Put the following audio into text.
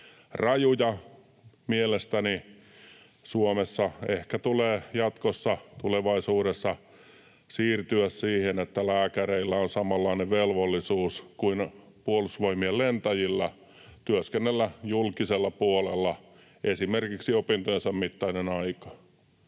rajuja. Mielestäni Suomessa ehkä tulee jatkossa, tulevaisuudessa siirtyä siihen, että lääkäreillä on samanlainen velvollisuus kuin Puolustusvoimien lentäjillä työskennellä julkisella puolella esimerkiksi opintojensa mittainen aika.